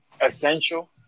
essential